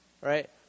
right